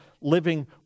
living